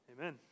Amen